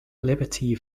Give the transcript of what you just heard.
liberty